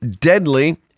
deadly